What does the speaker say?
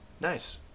Nice